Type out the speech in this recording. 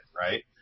right